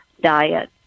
diet